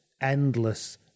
endless